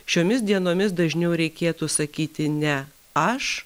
šiomis dienomis dažniau reikėtų sakyti ne aš